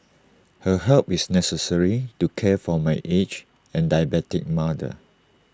her help is necessary to care for my aged and diabetic mother